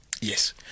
yes